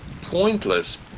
pointless